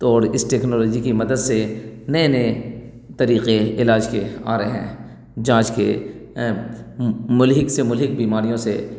تو اور اس ٹیکنالوجی کی مدد سے نئے نئے طریقہ علاج کے آ رہے ہیں جانچ کے مہلک سے مہلک بیماریوں سے